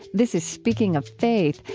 this is speaking of faith,